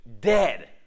dead